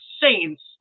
saints